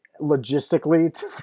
logistically